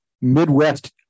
Midwest